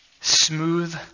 smooth